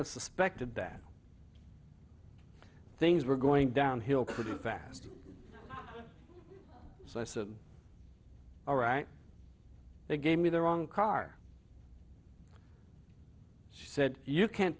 of suspected that things were going downhill couldn't that so i said all right they gave me the wrong car she said you can't